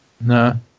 No